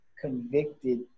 convicted